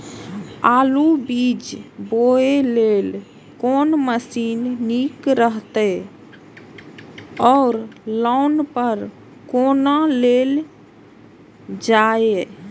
आलु बीज बोय लेल कोन मशीन निक रहैत ओर लोन पर केना लेल जाय?